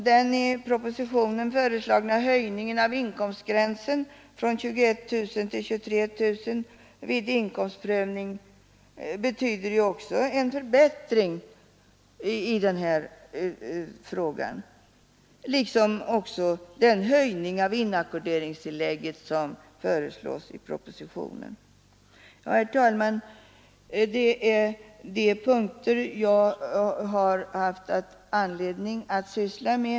Den i propositionen föreslagna höjningen av inkomstgränsen från 21 000 till 23 000 kronor vid inkomstprövning betyder ju också en förbättring i det här avseendet, liksom höjningen av inackorderingstillägget. Herr talman! Det här är de punkter jag har haft anledning att syssla med.